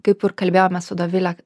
kaip ir kalbėjome su dovile